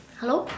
hello